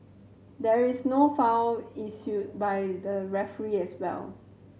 there is no foul issued by the referee as well